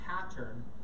pattern